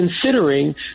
considering